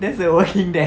that's her working desk